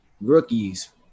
rookies